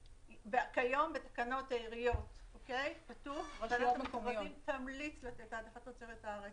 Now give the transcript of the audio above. כיום בתקנות העיריות כתוב: הרשות המקומית תמליץ לתת העדפת תוצרת הארץ.